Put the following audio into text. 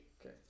Okay